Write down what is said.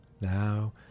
now